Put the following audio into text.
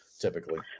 typically